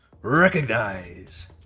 recognize